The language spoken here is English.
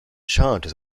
charges